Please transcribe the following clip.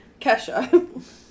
Kesha